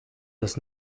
does